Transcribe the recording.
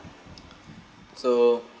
so